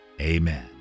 Amen